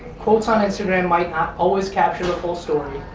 quotes on instagram might not always capture the full story,